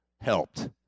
helped